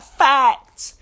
facts